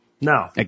No